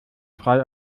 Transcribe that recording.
frei